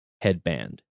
headband